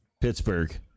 Pittsburgh